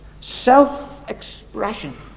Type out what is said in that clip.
self-expression